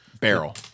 Barrel